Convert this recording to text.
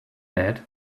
that